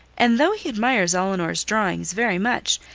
and though he admires elinor's drawings very much,